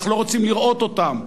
אנחנו לא רוצים לראות אותם.